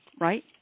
right